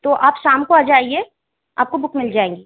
तो आप शाम को आ जाइए आपको बुक मिल जाएगी